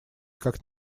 как